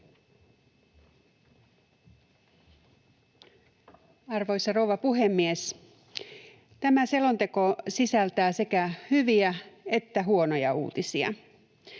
Arvoisa rouva puhemies! Tämä selonteko sisältää sekä hyviä että huonoja uutisia.